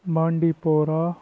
بانڈی پورہ